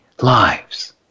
lives